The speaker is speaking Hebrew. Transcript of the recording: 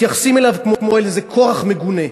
מתייחסים אליו כמו אל איזה כורח מגונה.